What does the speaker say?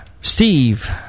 Steve